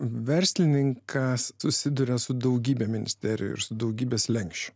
verslininkas susiduria su daugybe ministerijų ir su daugybe slenksčių